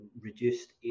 reduced